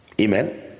Amen